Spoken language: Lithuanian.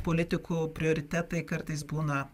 politikų prioritetai kartais būna